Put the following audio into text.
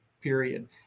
period